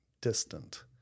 distant